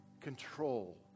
control